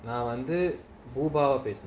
நான்வந்துபூபாவைபேசுனேன்:nan vandhu poopavai pesunen